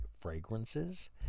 fragrances